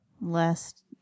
Last